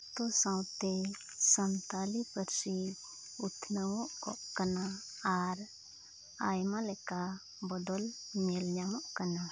ᱟᱛᱩ ᱥᱟᱶᱛᱮ ᱥᱟᱱᱛᱟᱞᱤ ᱯᱟᱹᱨᱥᱤ ᱩᱛᱱᱟᱹᱣᱚᱜ ᱠᱟᱱᱟ ᱟᱨ ᱟᱭᱢᱟ ᱞᱮᱠᱟ ᱵᱚᱫᱚᱞ ᱧᱮᱞ ᱧᱟᱢᱚᱜ ᱠᱟᱱᱟ